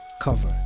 cover